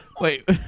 Wait